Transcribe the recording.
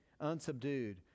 unsubdued